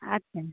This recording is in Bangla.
আচ্ছা